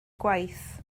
gwaith